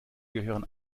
gehören